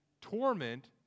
torment